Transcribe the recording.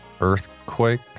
Earthquake